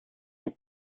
avec